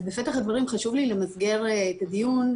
אז בפתח הדברים חשוב לי למסגר את הדיון,